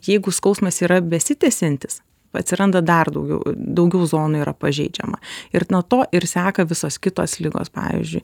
jeigu skausmas yra besitęsiantis atsiranda dar daugiau daugiau zonų yra pažeidžiama ir nuo to ir seka visos kitos ligos pavyzdžiui